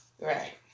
Right